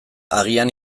agian